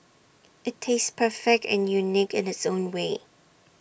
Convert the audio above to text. IT tastes perfect and unique in its own way